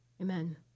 Amen